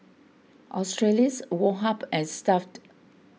Australis Woh Hup and Stuff'd